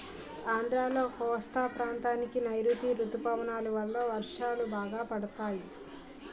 ఆంధ్రాలో కోస్తా ప్రాంతానికి నైరుతీ ఋతుపవనాలు వలన వర్షాలు బాగా పడతాయి